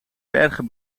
bergen